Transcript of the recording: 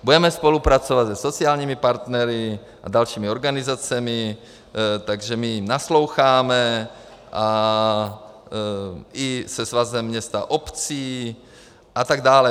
Budeme spolupracovat se sociálními partnery a dalšími organizacemi, takže my nasloucháme, i se Svazem měst a obcí atd.